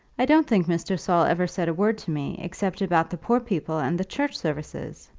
i don't think mr. saul ever said a word to me except about the poor people and the church-services,